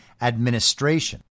administration